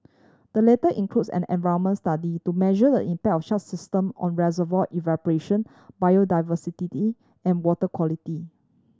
the latter includes an environment study to measure the impact of such system on reservoir evaporation biodiversity E and water quality